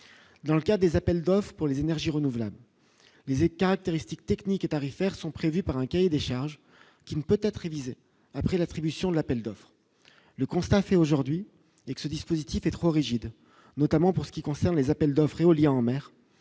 dans le cas des appels d'offres pour les énergies renouvelables, les et caractéristiques techniques et tarifaires sont prévus par un cahier des charges qui ne peut être révisé après l'attribution de l'appel d'offres, le constat fait aujourd'hui avec ce dispositif est trop rigide, notamment pour ce qui concerne les appels d'offres éolien en mer,